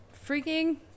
freaking